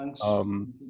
Thanks